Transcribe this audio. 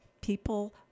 people